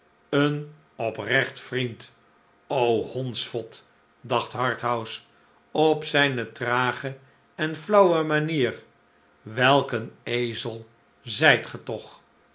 een oprecht vriend hondsvot dacht harthouse op zijne trage en flauwe manier welk een ezel zijt ge toch